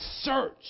search